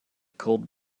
called